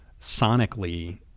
sonically